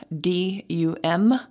D-U-M